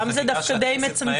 שם זה דווקא די מצמצם,